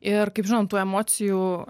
ir kaip žinom tų emocijų